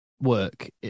work